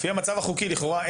לפי המצב החוקי לכאורה,